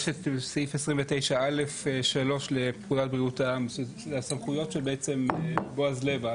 יש את סעיף 29(א)(3) לפקודת בריאות העם אלה הן הסמכויות של בועז לב,